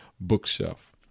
bookshelf